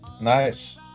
Nice